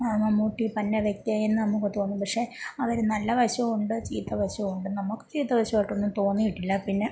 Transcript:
ആ മമ്മൂട്ടി പന്ന വ്യക്തിയായി നമുക്ക് തോന്നും പക്ഷേ അതൊരു നല്ല വശവും ഉണ്ട് ചീത്ത വശവും ഉണ്ട് നമുക്ക് ചീത്ത വശമായിട്ടൊന്നും തോന്നീട്ടില്ല പിന്നെ